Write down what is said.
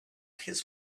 his